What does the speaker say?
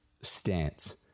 stance